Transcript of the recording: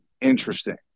interesting